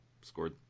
scored